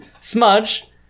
Smudge